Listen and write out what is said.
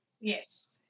Yes